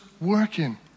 working